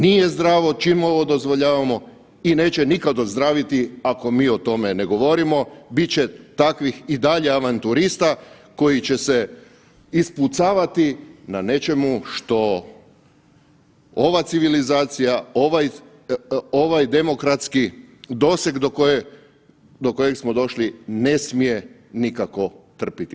Nije zdravo čim ovo dozvoljavamo i neće nikada ozdraviti ako mi o tome ne govorimo, bit će takvih i dalje avanturista koji će se ispucavati na nečemu što ova civilizacija, ovaj demokratski doseg do kojeg smo došli ne smije nikako trpiti.